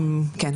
כן,